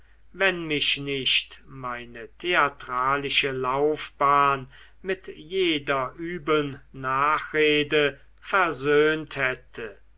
wenn mich nicht meine theatralische laufhahn mit jeder üblen nachrede versöhnt hätte